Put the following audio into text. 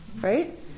right